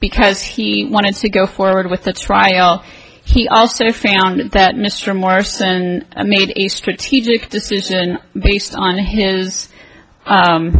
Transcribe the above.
because he wanted to go forward with the try all he also found that mr morrison and i made a strategic decision based on his